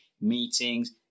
meetings